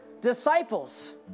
disciples